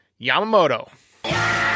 Yamamoto